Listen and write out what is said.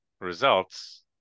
results